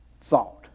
thought